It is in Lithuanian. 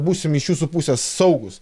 būsim iš jūsų pusės saugūs